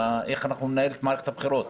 איך ננהל את מערכת הבחירות.